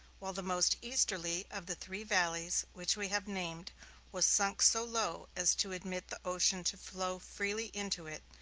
while the most easterly of the three valleys which we have named was sunk so low as to admit the ocean to flow freely into it,